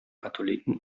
katholiken